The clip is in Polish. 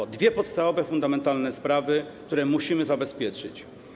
To dwie podstawowe, fundamentalne sprawy, które musimy zabezpieczyć.